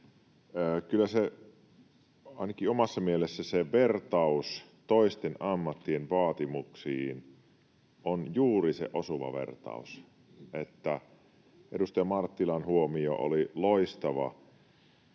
Kyllä ainakin omassa mielessä se vertaus toisten ammattien vaatimuksiin on juuri se osuva vertaus. Edustaja Marttilan huomio oli loistava.